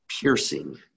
piercing